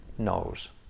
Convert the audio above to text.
knows